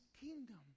kingdom